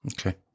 Okay